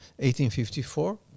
1854